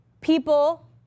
people